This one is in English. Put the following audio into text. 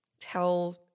tell